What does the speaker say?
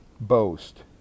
boast